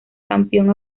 campeón